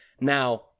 Now